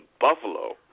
Buffalo